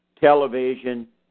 television